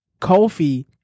Kofi